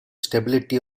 stability